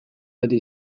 beti